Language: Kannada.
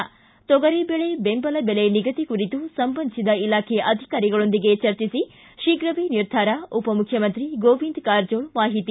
ಿ ತೊಗರಿ ಬೆಳೆ ಬೆಂಬಲ ಬೆಲೆ ನಿಗದಿ ಕುರಿತು ಸಂಬಂಧಿಸಿದ ಇಲಾಖೆ ಅಧಿಕಾರಿಗಳೊಂದಿಗೆ ಚರ್ಚಿಸಿ ಶೀಘವೇ ನಿರ್ಧಾರ ಉಪಮುಖ್ಯಮಂತ್ರಿ ಗೋವಿಂದ್ ಕಾರಜೋಳ್ ಮಾಹಿತಿ